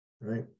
Right